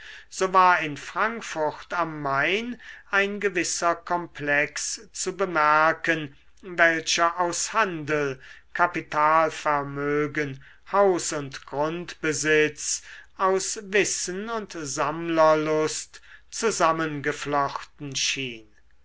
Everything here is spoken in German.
so war in frankfurt am main ein gewisser komplex zu bemerken welcher aus handel kapitalvermögen haus und grundbesitz aus wissen und sammlerlust zusammengeflochten schien